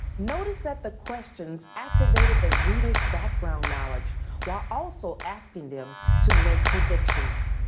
notice that the questions activated the readers background knowledge while also asking them to make predictions.